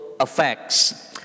effects